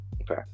Okay